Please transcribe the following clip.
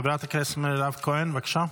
חברת הכנסת מירב כהן, בבקשה.